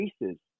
increases